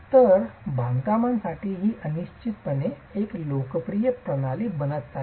तर बांधकामासाठी ही निश्चितपणे एक लोकप्रिय प्रणाली बनत आहे